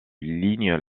lignes